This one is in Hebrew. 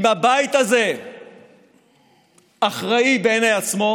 אם הבית הזה אחראי בעיני עצמו,